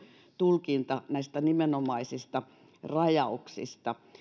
tulkinta näistä nimenomaisista rajauksista